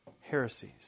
heresies